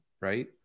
right